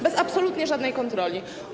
Bez absolutnie żadnej kontroli.